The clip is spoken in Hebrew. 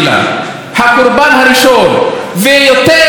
ויותר גרוע מהמצב הזה לא יהיה.